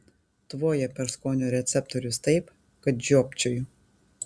tvoja per skonio receptorius taip kad žiopčioju